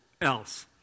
else